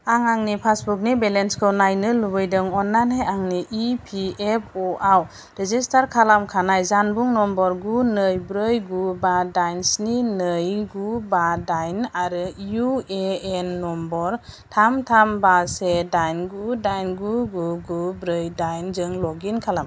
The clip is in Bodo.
आं आंनि पासबुकनि बेलेन्सखौ नायनो लुबैदों अन्नानै आंनि इपिएफअ आव रेजिस्टार खालामखानाय जानबुं नम्बर गु नै ब्रै गु बा दाइन स्नि नै गु बा दाइन आरो इउएएन नम्बर थाम थाम बा से दाइन गु डाइन गु गु गु ब्रै दाइन जों लग इन खालाम